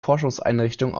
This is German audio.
forschungseinrichtung